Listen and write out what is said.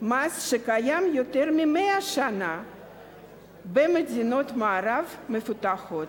מס שקיים יותר מ-100 שנה במדינות מערב מפותחות.